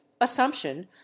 assumption